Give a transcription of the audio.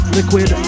Liquid